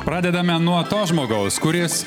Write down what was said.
pradedame nuo to žmogaus kuris